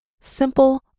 simple